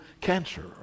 cancer